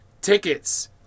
Tickets